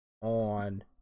On